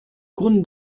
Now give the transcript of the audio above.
cosne